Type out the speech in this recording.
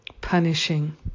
punishing